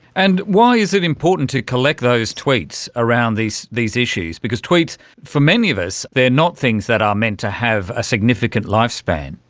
and why is it important to collect those tweets around these these issues? because tweets, for many of us they are not things that are meant to have a significant lifespan.